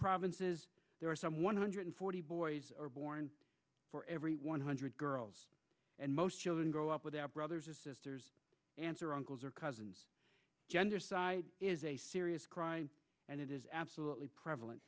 provinces there are some one hundred forty boys or born for every one hundred girls and most children grow up without brothers or sisters aunts or uncles or cousins gendercide is a serious crime and it is absolutely prevalent